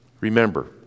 Remember